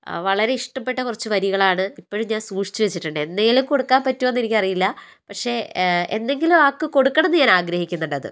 വളരെ ഇഷ്ടപ്പെട്ട കുറച്ച് വരികളാണ് ഇപ്പഴും ഞാന് സൂക്ഷിച്ച് വച്ചിട്ടുണ്ട് എന്നേലും കൊടുക്കാന് പറ്റുമോ എന്ന് എനിക്കറിയില്ല പക്ഷേ എന്തെങ്കിലും ആക്കി കൊടുക്കുവാന് ആഗ്രഹിക്കുന്നുണ്ടത്